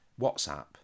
WhatsApp